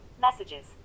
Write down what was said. Messages